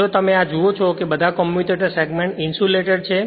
જો તમે આ જુઓ છો કે બધા કમ્યુટેટર સેગમેન્ટ્સ ઇન્સ્યુલેટેડ છે